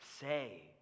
say